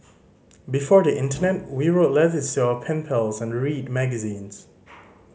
before the internet we wrote letters to our pen pals and read magazines